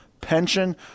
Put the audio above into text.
Pension